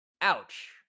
Ouch